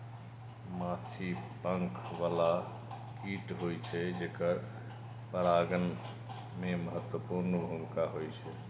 माछी पंख बला कीट होइ छै, जेकर परागण मे महत्वपूर्ण भूमिका होइ छै